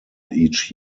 each